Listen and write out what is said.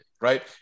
right